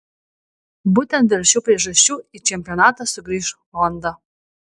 būtent dėl šių priežasčių į čempionatą sugrįš honda